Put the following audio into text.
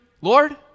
Lord